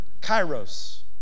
kairos